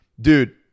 Dude